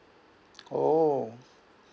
oh